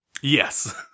Yes